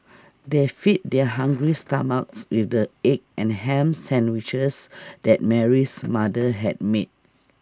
they fed their hungry stomachs with the egg and Ham Sandwiches that Mary's mother had made